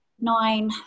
nine